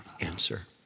answer